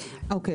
אוקיי.